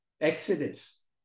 exodus